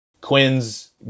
Quinn's